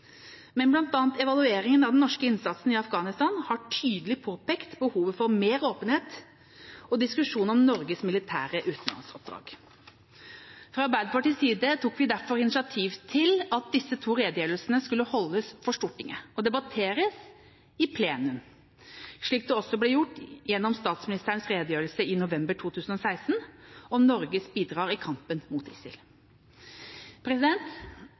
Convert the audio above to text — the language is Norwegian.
Men bl.a. evalueringen av den norske innsatsen i Afghanistan har tydelig påpekt behovet for mer åpenhet og diskusjon om Norges militære utenlandsoppdrag. Fra Arbeiderpartiets side tok vi derfor initiativ til at disse to redegjørelsene skulle holdes for Stortinget og debatteres i plenum, slik det også ble gjort gjennom statsministerens redegjørelse i november 2016 om Norges bidrag i kampen mot ISIL.